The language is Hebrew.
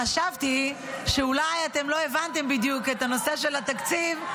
חשבתי שאולי אתם לא הבנתם בדיוק את הנושא של התקציב,